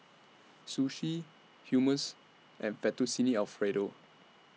Sushi Hummus and Fettuccine Alfredo